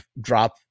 drop